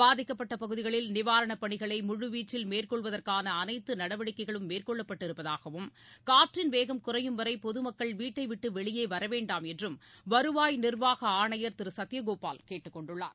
பாதிக்கப்பட்டபகுதிகளில் பணிகளை வீச்சில் நிவாரணப் ழு மேற்கொள்வதற்கானஅனைத்துநடவடிக்கைகளும் மேற்கொள்ளப்பட்டு இருப்பதாகவும் காற்றின் வேகம் குறையும் வரைபொதுமக்கள் வீட்டைவிட்டுவெளியேவரவேண்டாம் என்றும் வருவாய் நிர்வாகஆணையர் திருசத்தியகோபால் கேட்டுக்கொண்டுள்ளார்